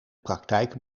praktijk